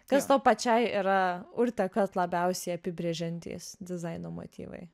kas tau pačiai yra urtę kat labiausiai apibrėžiantys dizaino motyvai